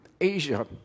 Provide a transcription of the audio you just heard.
Asia